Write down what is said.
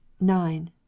nine